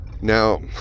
now